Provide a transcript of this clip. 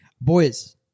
Boys